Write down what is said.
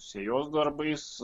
sėjos darbais